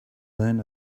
learn